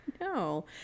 No